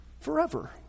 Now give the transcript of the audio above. forever